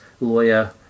lawyer